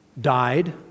died